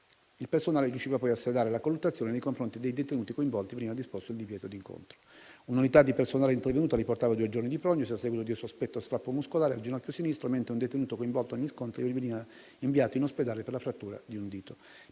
Il personale riusciva poi a sedare la colluttazione e nei confronti dei detenuti coinvolti veniva disposto il divieto d'incontro. Un'unità di personale intervenuta riportava due giorni di prognosi, a seguito di sospetto strappo muscolare al ginocchio sinistro, mentre un detenuto coinvolto negli scontri veniva inviato in ospedale per frattura di un dito.